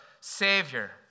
Savior